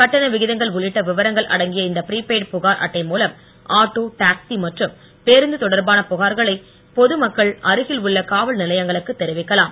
கட்டண விகிதங்கள் உள்ளிட்ட விவரங்கள் அடங்கிய இந்த பிரிபெய்டு புகார் அட்டை மூலம் ஆட்டோ டாக்சி மற்றும் பேருந்து தொடர்பான புகார்களை பொது மக்கள் அருகில் உள்ள காவல் நிலையங்களுக்கு தெரிவிக்கலாம்